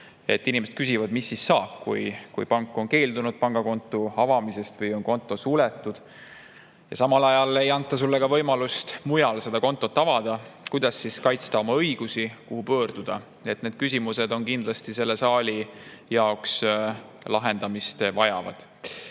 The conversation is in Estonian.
inimesed küsivad, mis siis saab, kui pank on keeldunud pangakonto avamisest või on konto suletud ja samal ajal ei anta sulle ka võimalust mujal seda kontot avada. Kuidas kaitsta oma õigusi, kuhu pöörduda? Need küsimused vajavad kindlasti selle saali jaoks lahendamist. Teemal